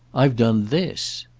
i've done this!